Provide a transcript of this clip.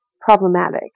problematic